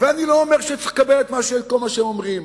ואני לא אומר שצריך לקבל את כל מה שהם אומרים.